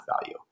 value